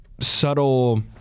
subtle